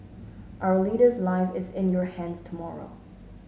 our leader's life is in your hands tomorrow